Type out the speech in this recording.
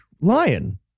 lion